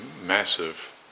massive